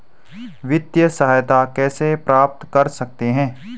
वित्तिय सहायता कैसे प्राप्त कर सकते हैं?